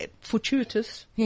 fortuitous